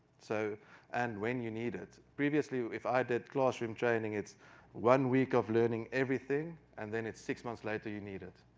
so and when you need it. previously, if i did classroom training, it's one week of learning everything, and then six months later, you need it,